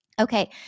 Okay